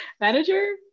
manager